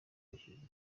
iki